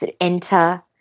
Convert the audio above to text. enter